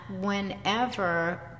whenever